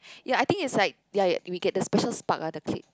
ya I think it's like ya ya we get the special spark ah the click